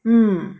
mm